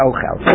Ochel